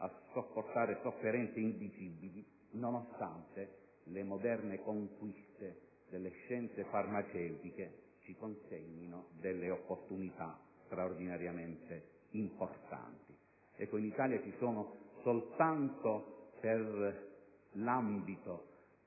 a sopportare sofferenze indicibili, nonostante le moderne conquiste delle scienze farmaceutiche ci consegnino opportunità straordinariamente importanti. In Italia ci sono, soltanto per l'ambito